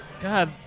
God